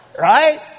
right